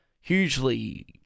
hugely